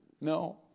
No